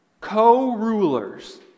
co-rulers